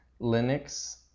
Linux